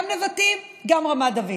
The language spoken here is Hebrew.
גם נבטים, גם רמת דוד,